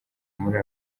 muri